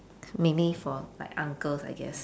maybe for like uncles I guess